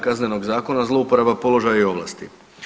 Kaznenog zakona, zlouporaba položaja i ovlasti?